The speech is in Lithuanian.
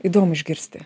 įdomu išgirsti